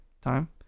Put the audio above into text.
time